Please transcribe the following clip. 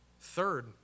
Third